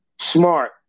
smart